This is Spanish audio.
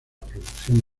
producción